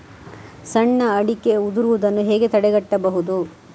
ಸಣ್ಣ ಅಡಿಕೆ ಉದುರುದನ್ನು ಹೇಗೆ ತಡೆಗಟ್ಟಬಹುದು?